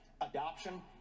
adoption